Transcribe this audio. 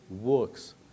works